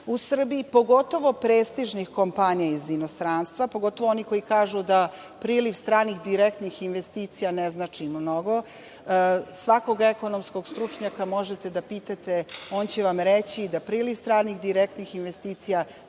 u Srbiji, pogotovo prestižnih kompanija iz inostranstva, pogotovo onih koji kažu da priliv stranih, direktnih investicija ne znači mnogo. Svakog ekonomskog stručnjaka možete da pitate on će vam reći da priliv stranih direktnih investicija